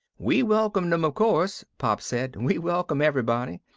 we welcomed em, of course, pop said. we welcome everybody.